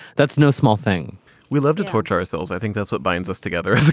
that's no small thing we love to torture ourselves. i think that's what binds us together yeah,